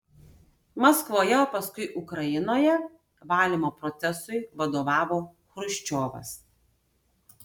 maskvoje o paskui ukrainoje valymo procesui vadovavo chruščiovas